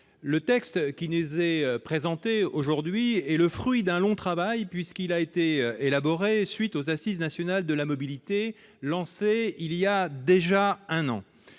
Le texte qui nous est présenté aujourd'hui est le fruit d'un long travail, puisqu'il a été élaboré à la suite des Assises nationales de la mobilité, lancées il y a déjà un an.